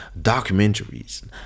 documentaries